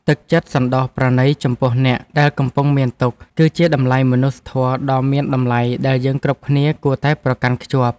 ទឹកចិត្តសណ្តោសប្រណីចំពោះអ្នកដែលកំពុងមានទុក្ខ គឺជាតម្លៃមនុស្សធម៌ដ៏មានតម្លៃដែលយើងគ្រប់គ្នាគួរតែប្រកាន់ខ្ជាប់។